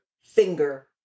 finger